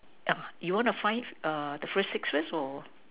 you want to find the first six first or